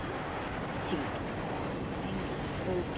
है न ठीक है थैंक यू मैम ओके